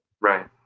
right